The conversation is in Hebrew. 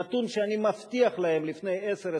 נתון שאני מבטיח לכם שלפני עשר,